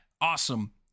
awesome